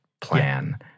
plan